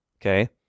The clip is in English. Okay